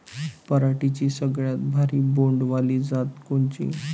पराटीची सगळ्यात भारी बोंड वाली जात कोनची?